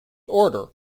order